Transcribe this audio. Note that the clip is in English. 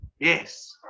Yes